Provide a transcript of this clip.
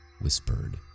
whispered